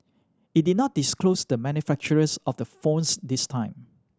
it did not disclose the manufacturers of the phones this time